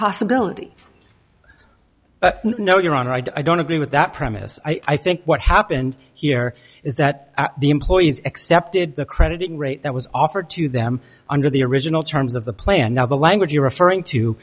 possibility no your honor i don't agree with that premise i think what happened here is that the employees accepted the credit rate that was offered to them under the original terms of the plan now the language you're referring to